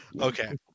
okay